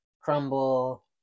crumble